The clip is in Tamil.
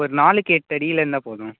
ஒரு நாலுக்கு எட்டு அடியில் இருந்தால் போதும்